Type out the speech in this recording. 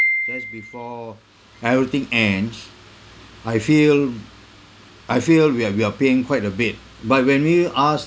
that's before everything ends I feel I feel we are we are paying quite a bit but when we ask